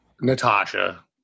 Natasha